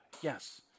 yes